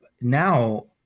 Now